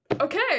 okay